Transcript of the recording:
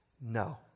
No